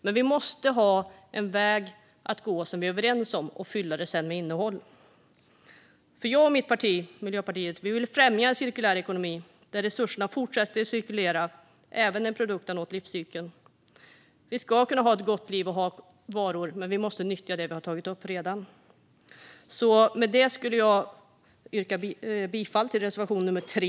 Men vi måste ha en väg att gå som vi är överens om och sedan fylla detta med innehåll. Jag och mitt parti, Miljöpartiet, vill främja en cirkulär ekonomi där resurserna fortsätter att cirkulera även när produkten nått slutet av livscykeln. Vi ska kunna ha ett gott liv och ha varor, men vi måste nyttja det vi redan har tagit upp. Med detta vill jag yrka bifall till reservation nummer 3.